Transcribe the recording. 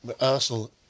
Arsenal